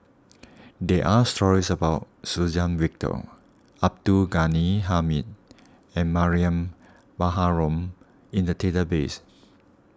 there are stories about Suzann Victor Abdul Ghani Hamid and Mariam Baharom in the database